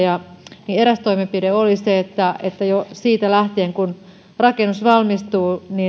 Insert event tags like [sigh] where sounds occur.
[unintelligible] ja eräs toimenpide oli se että jo siitä lähtien kun rakennus valmistuu